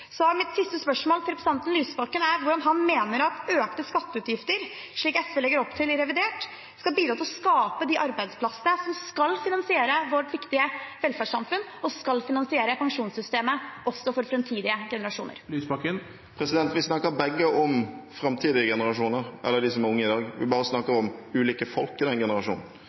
Mitt siste spørsmål til representanten Lysbakken er: Hvordan mener han at økte skatteutgifter, slik SV legger opp til i revidert, skal bidra til å skape de arbeidsplassene som skal finansiere vårt viktige velferdssamfunn, og skal finansiere pensjonssystemet også for framtidige generasjoner? Vi snakker begge om framtidige generasjoner, eller dem som er unge i dag, vi snakker bare om ulike folk i den generasjonen.